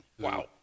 Wow